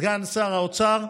סגן שר האוצר,